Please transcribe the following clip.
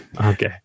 okay